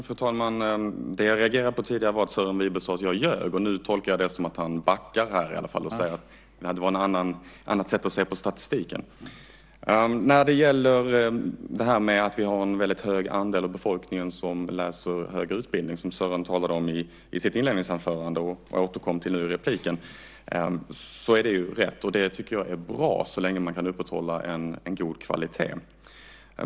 Fru talman! Det som jag reagerade på tidigare var att Sören Wibe sade att jag ljög. Nu tolkar jag det som att han backar och säger att det var fråga om ett annat sätt att se på statistiken. Att vi har en väldigt hög andel av befolkningen som läser i högre utbildning, som Sören tog upp i sitt inledningsanförande och jag nu återkommer till i replikskiftet, stämmer. Jag tycker att det är bra så länge man kan upprätthålla en god kvalitet.